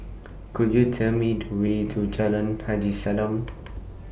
Could YOU Tell Me to Way to Jalan Haji Salam